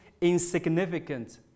insignificant